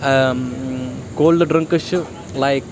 کول drinks چھِ like